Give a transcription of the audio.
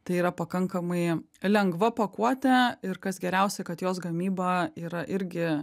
tai yra pakankamai lengva pakuotė ir kas geriausia kad jos gamyba yra irgi